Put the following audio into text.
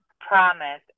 promise